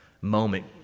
moment